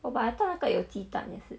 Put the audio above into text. oh but I thought 有鸡蛋也是